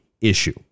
issue